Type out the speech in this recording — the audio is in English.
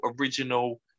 original